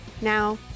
Now